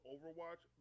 Overwatch